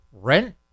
rent